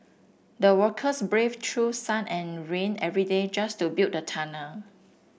the workers braved through sun and rain every day just to build the tunnel